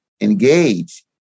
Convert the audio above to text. engage